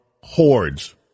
hordes